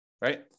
right